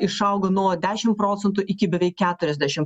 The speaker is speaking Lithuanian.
išaugo nuo dešim procentų iki beveik keturiasdešim